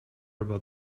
about